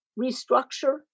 restructure